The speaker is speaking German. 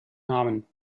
namen